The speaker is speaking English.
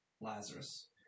Lazarus